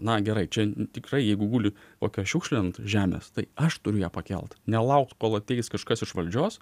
na gerai čia tikrai jeigu guli kokia šiukšlė ant žemės tai aš turiu ją pakelt nelaukt kol ateis kažkas iš valdžios